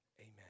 amen